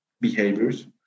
behaviors